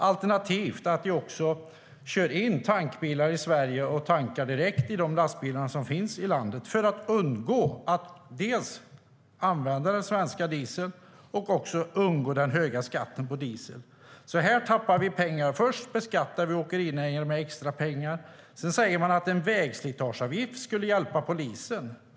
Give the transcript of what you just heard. Alternativt kör de in tankbilar i Sverige och tankar de lastbilar som finns i landet för att undgå att använda den svenska dieseln och undgå den höga skatten på diesel. Här tappar vi pengar. Först beskattar vi åkerinäringen med extrapengar. Sedan säger man att en vägslitageavgift skulle hjälpa polisen.